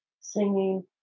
singing